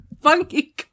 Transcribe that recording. Funky